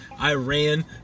Iran